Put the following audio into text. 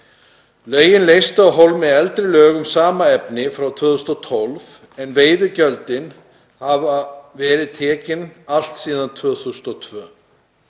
Lögin leystu af hólmi eldri lög um sama efni frá 2012, en veiðigjöld hafa verið tekin allt síðan árið